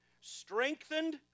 strengthened